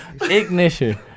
Ignition